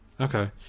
Okay